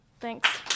Thanks